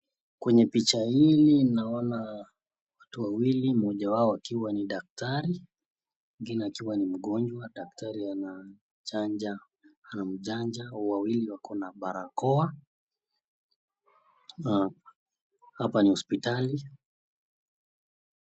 Kwenye picha hii naona watu wawili, moja wao akiwa ni daktari, mwingine akiwa ni mgonjwa. daktari anachanja wawili wako na barakoa. Hapa ni hospitali.